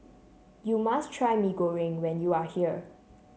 you must try Mee Goreng when you are here